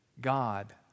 God